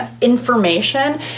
information